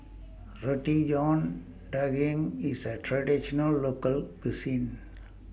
Roti John Daging IS A Traditional Local Cuisine